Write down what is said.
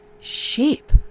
shape